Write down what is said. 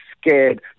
scared